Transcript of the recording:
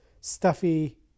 stuffy